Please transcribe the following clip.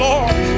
Lord